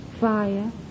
fire